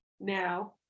now